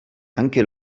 anche